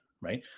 right